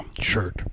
Shirt